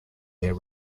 air